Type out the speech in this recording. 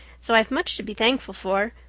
so i've much to be thankful for,